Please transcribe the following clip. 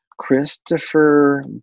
Christopher